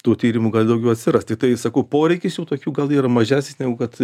tų tyrimų gali daugiau atsirast tiktai sakau poreikis jųtokių gal yra mažesnis negu kad